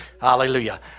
Hallelujah